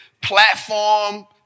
Platform